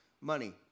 money